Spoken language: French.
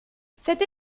cette